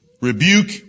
rebuke